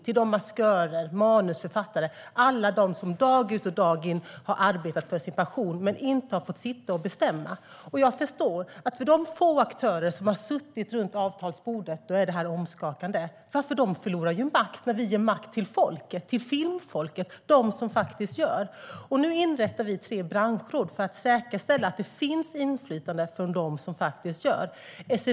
Det gäller maskörer, manusförfattare och alla de som dag ut och dag in har arbetat för sin passion men inte fått sitta och bestämma. Jag förstår att detta är omskakande för de få aktörer som har suttit runt avtalsbordet, för de förlorar ju makt när vi ger makt till folket - till filmfolket, alltså de som faktiskt gör film. Nu inrättar vi tre branschråd för att säkerställa att det finns inflytande från dem som faktiskt gör film.